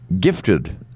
Gifted